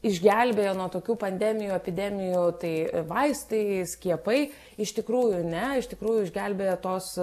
išgelbėjo nuo tokių pandemijų epidemijų tai vaistai skiepai iš tikrųjų ne iš tikrųjų išgelbėjo tos